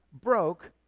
broke